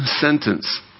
sentence